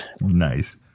Nice